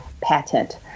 patent